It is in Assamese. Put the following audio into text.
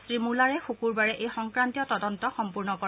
শ্ৰীমুলাৰে শুকুৰবাৰে এই সংক্ৰান্তীয় তদন্ত সম্পূৰ্ণ কৰে